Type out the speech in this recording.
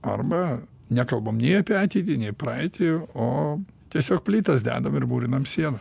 arba nekalbam nei apie ateitį nei praeitį o tiesiog plytas dedam ir mūrinam sieną